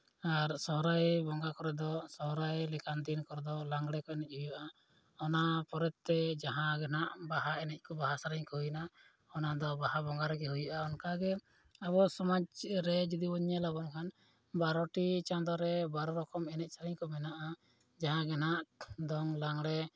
ᱥᱚᱦᱚᱨᱟᱭ ᱵᱚᱸᱜᱟ ᱠᱚᱨᱮ ᱫᱚ ᱥᱚᱦᱚᱨᱟᱭ ᱞᱮᱠᱟᱱ ᱫᱤᱱ ᱠᱚᱨᱮᱫᱚ ᱞᱟᱜᱽᱬᱮ ᱠᱚ ᱮᱱᱮᱡ ᱦᱩᱭᱩᱜᱼᱟ ᱚᱱᱟ ᱯᱚᱨᱮᱛᱮ ᱡᱟᱦᱟᱸᱜᱮ ᱦᱟᱸᱜ ᱵᱟᱦᱟ ᱮᱱᱮᱡ ᱠᱚ ᱵᱟᱦᱟ ᱥᱮᱨᱮᱧ ᱠᱚ ᱦᱩᱭᱱᱟ ᱚᱱᱟᱫᱚ ᱵᱟᱦᱟ ᱵᱚᱸᱜᱟ ᱨᱮᱜᱮ ᱦᱩᱭᱩᱜᱼᱟ ᱚᱱᱠᱟᱜᱮ ᱟᱵᱚ ᱥᱚᱢᱟᱡᱽ ᱨᱮ ᱡᱩᱫᱤ ᱵᱚᱱ ᱧᱮᱞᱟ ᱮᱱᱠᱷᱟᱱ ᱵᱟᱨᱚᱴᱤ ᱪᱟᱸᱫᱳᱨᱮ ᱵᱟᱨᱚ ᱨᱚᱠᱚᱢ ᱮᱱᱮᱡ ᱥᱮᱨᱮᱧ ᱠᱚ ᱢᱮᱱᱟᱜᱼᱟ ᱡᱟᱦᱟᱸᱜᱮ ᱦᱟᱸᱜ ᱫᱚᱝ ᱞᱟᱜᱽᱬᱮ